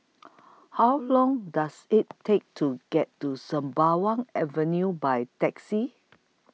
How Long Does IT Take to get to Sembawang Avenue By Taxi